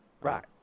Right